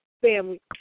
family